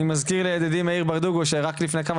אני מזכיר לידידי מאיר ברדוגו שרק לפני כמה